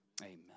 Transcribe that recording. amen